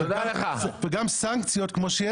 כללים הם